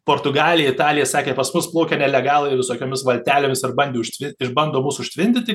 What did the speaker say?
portugalija italija sakė pas mus plaukia nelegalai visokiomis valtelėmis ir bandė užtvirti ir bando mus užtvindyti